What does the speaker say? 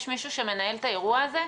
יש מישהו שמנהל את האירוע הזה?